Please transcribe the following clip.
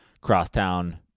crosstown